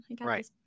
Right